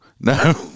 no